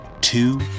two